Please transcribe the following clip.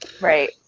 Right